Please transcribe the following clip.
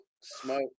smoke